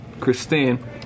Christine